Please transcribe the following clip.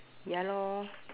ya lor